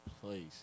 place